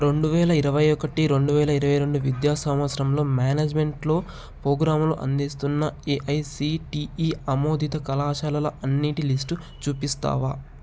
రెండువేల ఇరవై ఒకటి రెండువేల ఇరవై రెండు విద్యా సంవత్సరంలో మేనేజ్మెంట్లో పోగ్రాములు అందిస్తున్న ఏఐసిటిఈ అమోదిత కళాశాలల అన్నిటి లిస్ట్ చూపిస్తావా